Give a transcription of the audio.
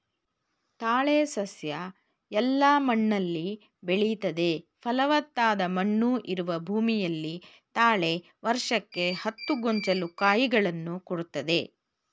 ತಾಳೆ ಸಸ್ಯ ಎಲ್ಲ ಮಣ್ಣಲ್ಲಿ ಬೆಳಿತದೆ ಫಲವತ್ತಾದ ಮಣ್ಣು ಇರುವ ಭೂಮಿಯಲ್ಲಿ ತಾಳೆ ವರ್ಷಕ್ಕೆ ಹತ್ತು ಗೊಂಚಲು ಕಾಯಿಗಳನ್ನು ಕೊಡ್ತದೆ